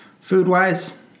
Food-wise